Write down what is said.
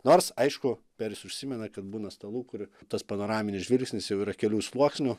nors aišku peris užsimena kad būna stalų kur tas panoraminis žvilgsnis jau yra kelių sluoksnių